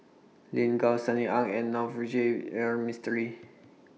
Lin Gao Sunny Ang and Navroji R Mistri